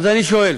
אז אני שואל,